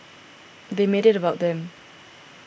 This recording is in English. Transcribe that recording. they made it about them